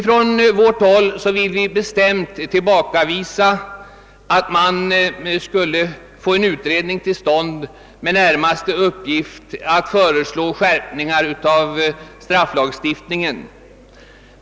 Från vårt håll vill vi bestämt motsätta oss kravet på en utredning med uppgift att föreslå en skärpning av strafflagstiftningen.